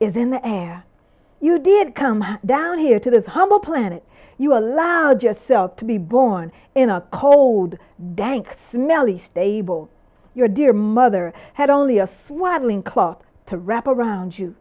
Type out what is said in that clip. is in the air you did come down here to this humble planet you allowed yourself to be born in a cold dank smelly stable your dear mother had only a swelling clot to wrap around you